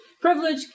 privilege